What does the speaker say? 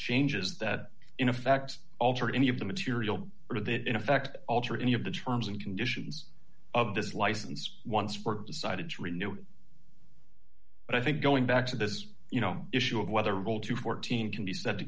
changes that in effect alter any of the material or that in effect alter any of the terms and conditions of this license once for decided to renew it but i think going back to this you know issue of whether a bill to fourteen can be said to